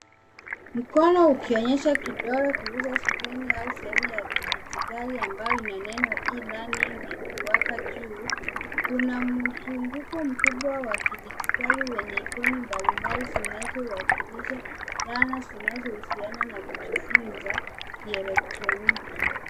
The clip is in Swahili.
Mkono ukionyeesha kidole ikiguza skrini au sehemu ya kidijitali ambayo ina neno E-learning ikiwaka juu. Kuna mzunguko mkubwa wa kidijitali wenye ikoni mbalimbali zinazowakilisha dhana zinazohusiana na kujifunza kielektroniki.